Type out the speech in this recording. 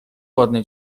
ładne